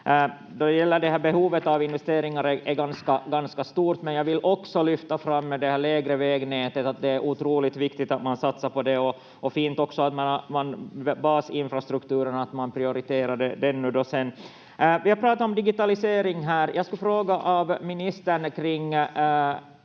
behovet av investeringar är ganska stort, men jag vill också lyfta fram det lägre vägnätet, att det är otroligt viktigt att man satsar på det. Fint också att man prioriterar basinfrastrukturen. Vi har pratat om digitalisering här. Jag skulle fråga ministern om